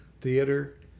theater